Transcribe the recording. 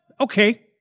Okay